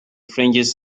fringes